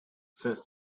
since